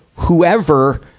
whoever,